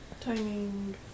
timing